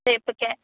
ஏ இப்போ கே